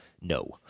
No